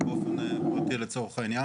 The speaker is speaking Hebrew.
צריך לעצור ולתקוף את זה ממקום אחר לפי תוכנית